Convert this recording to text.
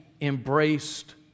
embraced